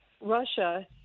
Russia